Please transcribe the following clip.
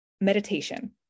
meditation